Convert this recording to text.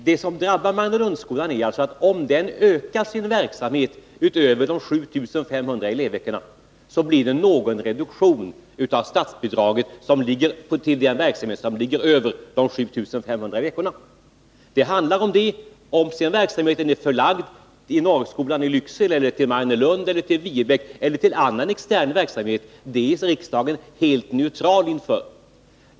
Det som drabbar Mariannelundsskolan är alltså att om den ökar sin verksamhet utöver 7 500 elevveckor, blir det viss reduktion av statsbidraget till den verksamhet som ligger över de 7 500 elevveckorna. Det är endast detta det handlar om. Om sedan verksamheten är förlagd till Norrskolan i Lycksele, till Mariannelund eller till Viebäck, eller sker som annan extern verksamhet, står riksdagen helt neutral inför.